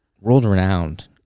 world-renowned